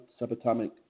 subatomic